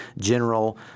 general